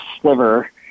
sliver